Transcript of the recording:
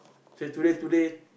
say today today